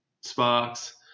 Sparks